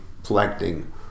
reflecting